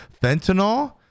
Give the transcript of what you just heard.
Fentanyl